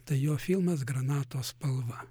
tai jo filmas granato spalva